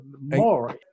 More